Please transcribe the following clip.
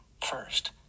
first